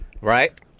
Right